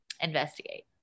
investigate